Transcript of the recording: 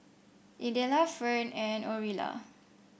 Idella Ferne and Orilla